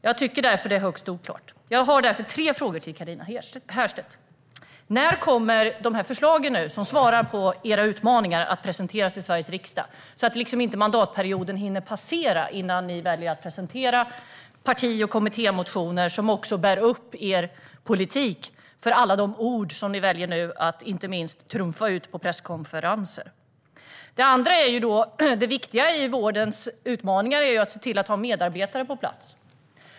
Jag tycker att detta är högst oklart och har därför tre frågor till Carina Herrstedt. Min första fråga är: När kommer de förslag som svarar på utmaningarna att presenteras i Sveriges riksdag? Jag undrar om mandatperioden kommer att hinna passera innan ni väljer att presentera parti och kommittémotioner som bär upp er politik och motsvarar alla de ord som ni nu väljer att trumfa ut, inte minst på presskonferenser. Det viktiga i vårdens utmaningar är att se till att ha medarbetare på plats.